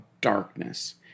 darkness